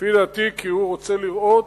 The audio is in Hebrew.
לפי דעתי, כי הוא רוצה לראות,